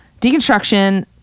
deconstruction